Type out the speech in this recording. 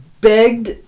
begged